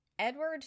Edward